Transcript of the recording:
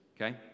okay